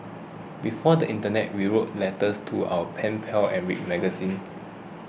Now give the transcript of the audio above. before the internet we wrote letters to our pen pals and read magazines